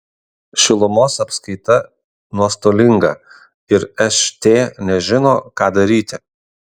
šilumos apskaita nuostolinga ir št nežino ką daryti